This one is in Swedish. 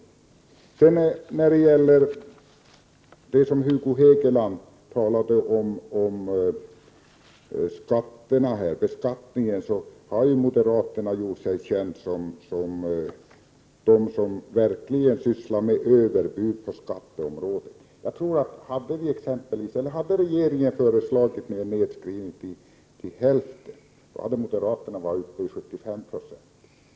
Beträffande beskattningen, som Hugo Hegeland talade om, har ju moderaterna gjort sig kända som de som verkligen sysslar med överbud på skatteområdet. Hade regeringen föreslagit en nedskärning till hälften, hade moderaterna föreslagit 75 Zo.